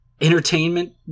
entertainment